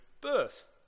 birth